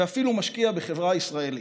ואפילו משקיע בחברה ישראלית,